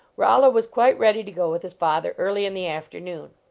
rollo was quite ready to go with his father early in the afternoon.